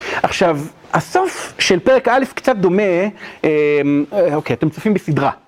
עכשיו, הסוף של פרק א' קצת דומה, אוקיי, אתם צופים בסדרה.